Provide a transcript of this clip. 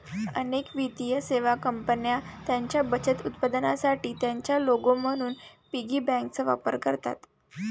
अनेक वित्तीय सेवा कंपन्या त्यांच्या बचत उत्पादनांसाठी त्यांचा लोगो म्हणून पिगी बँकांचा वापर करतात